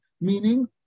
meaning